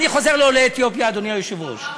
אני חוזר לעולי אתיופיה, אדוני היושב-ראש.